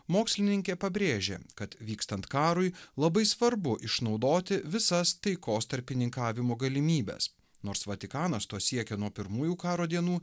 mokslininkė pabrėžė kad vykstant karui labai svarbu išnaudoti visas taikos tarpininkavimo galimybes nors vatikanas to siekia nuo pirmųjų karo dienų